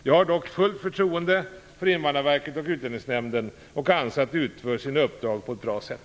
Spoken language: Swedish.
Jag har dock fullt förtroende för Invandrarverket och Utlänningsnämnden och anser att de utför sina uppdrag på ett bra sätt.